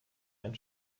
ein